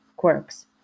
quirks